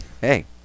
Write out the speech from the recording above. Hey